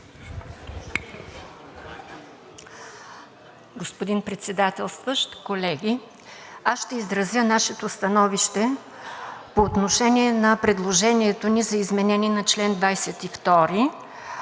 Господин Председателстващ, колеги! Аз ще изразя нашето становище по отношение на предложението ни за изменение на чл. 22,